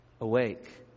awake